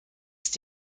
ist